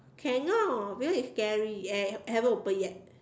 cannot because it's scary and haven't open yet